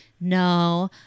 No